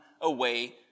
away